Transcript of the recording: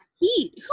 heat